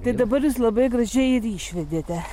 tai dabar jūs labai gražiai ir išvedėte